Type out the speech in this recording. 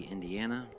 Indiana